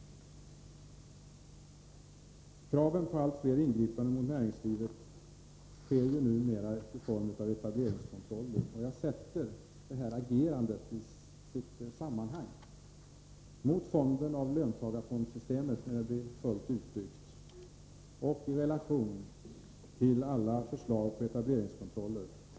Kraven på allt fler ingripanden mot näringslivet avser numera etableringskontroll. Jag sätter detta agerande i sitt sammanhang, mot fonden av löntagarfondssystemet, när detta är fullt utbyggt, och i relation till alla förslag om etableringskontroll.